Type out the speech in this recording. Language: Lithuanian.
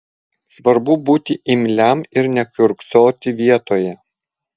svarbu būti imliam ir nekiurksoti vietoje